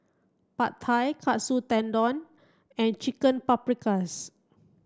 Pad Thai Katsu Tendon and Chicken Paprikas